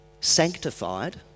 sanctified